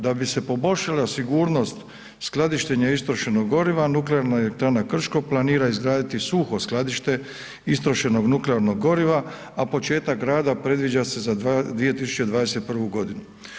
Da bi se poboljšala sigurnost skladištenja istrošenog goriva Nuklearna elektrana Krško planira izgraditi suho skladište istrošenog nuklearnog goriva, a početak rada predviđa se za 2021. godinu.